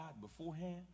beforehand